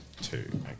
two